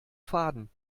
faden